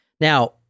Now